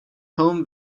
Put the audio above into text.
home